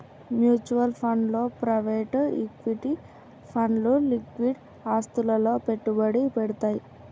mutual funds లో private equity ఫండ్లు liquid ఆస్తులలో పెట్టుబడి పెడ్తయ్